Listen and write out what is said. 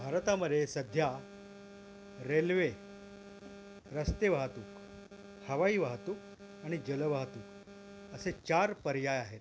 भारतामध्ये सध्या रेल्वे रस्ते वाहतूक हवाई वाहतूक आणि जल वाहतूक असे चार पर्याय आहेत